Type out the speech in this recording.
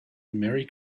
merry